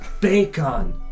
Bacon